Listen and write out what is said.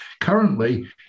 currently